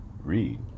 read